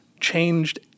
changed